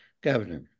Governor